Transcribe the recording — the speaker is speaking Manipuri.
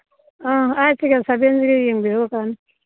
ꯑꯥ ꯑꯩꯠꯁꯤꯒ ꯁꯕꯦꯟꯁꯤꯒ ꯌꯦꯡꯕꯤꯔꯣ ꯀꯀꯥꯅ